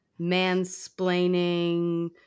mansplaining